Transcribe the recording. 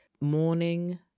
morning